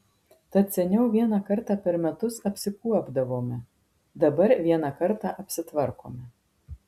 tad seniau vieną kartą per metus apsikuopdavome dabar vieną kartą apsitvarkome